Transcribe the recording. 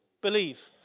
believe